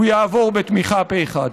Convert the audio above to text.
הוא יעבור בתמיכה פה אחד.